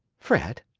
fred!